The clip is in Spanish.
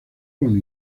con